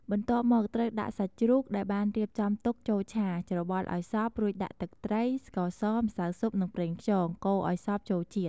បន្ទាប់មកត្រូវដាក់សាច់ជ្រូកដែលបានរៀបចំទុកចូលឆា ច្របល់ឱ្យសព្វ រួចដាក់ ទឹកត្រី ស្ករស ម្សៅស៊ុប និងប្រេងខ្យង កូរឱ្យសព្វចូលជាតិ។